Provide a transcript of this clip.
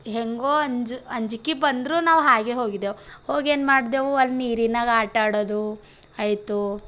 ಹೇಗೊ ಅಂಜ್ ಅಂಜಿಕಿ ಬಂದರೂ ನಾವು ಹಾಗೆ ಹೋಗಿದ್ದೆವು ಹೋಗಿ ಏನು ಮಾಡಿದೆವು ಅಲ್ಲಿ ನೀರಿನಾಗೆ ಆಟ ಆಡೋದು ಆಯಿತು